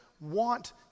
want